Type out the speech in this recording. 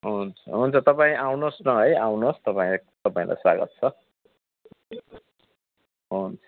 हुन्छ हुन्छ तपाईँ आउनुहोस् न है आउनुहोस् तपाईँ तपाईँलाई स्वागत छ हुन्छ